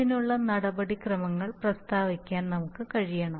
അതിനുള്ള നടപടിക്രമങ്ങൾ പ്രസ്താവിക്കാൻ നമുക്ക് കഴിയണം